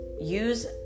use